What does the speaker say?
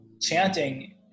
chanting